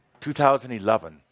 2011